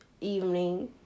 evening